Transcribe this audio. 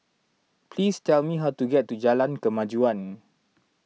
please tell me how to get to Jalan Kemajuan